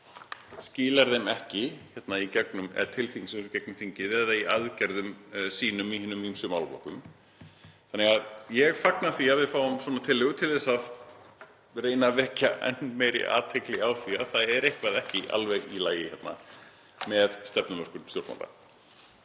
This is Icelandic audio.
skilar þeim ekki til þings, gegnum þingið eða í aðgerðum sínum í hinum ýmsu málaflokkum. Ég fagna því að við fáum svona tillögu til þess að reyna að vekja meiri athygli á því að það er eitthvað ekki alveg í lagi hérna með stefnumörkun stjórnvalda.